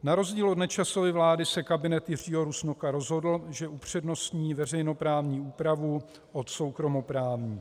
Na rozdíl od Nečasovy vlády se kabinet Jiřího Rusnoka rozhodl, že upřednostní veřejnoprávní úpravu od soukromoprávní.